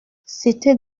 c’était